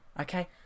okay